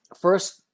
first